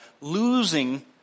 losing